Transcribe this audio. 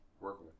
working